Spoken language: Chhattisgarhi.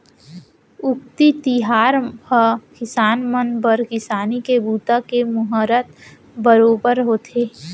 अक्ती तिहार ह किसान मन बर किसानी के बूता के मुहरत बरोबर होथे